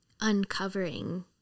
uncovering